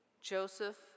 Joseph